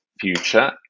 future